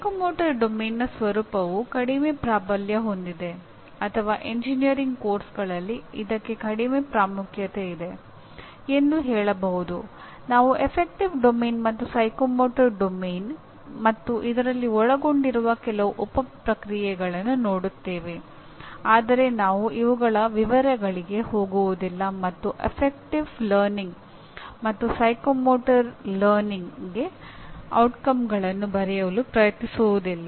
psychomotor domain ನ ಪರಿಣಾಮಗಳನ್ನು ಬರೆಯಲು ಪ್ರಯತ್ನಿಸುವುದಿಲ್ಲ